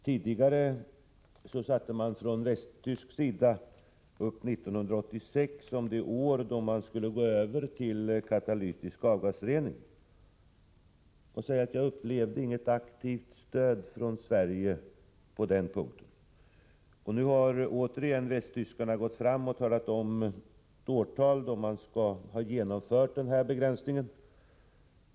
Tidigare angavs från västtysk sida 1986 som det år då man skulle gå över till katalytisk avgasrening. Jag upplevde inte att det gavs något aktivt stöd från Sverige på den punkten. Nu har återigen västtyskarna talat om det årtal då de skall ha genomfört denna begränsning.